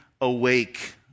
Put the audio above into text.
awake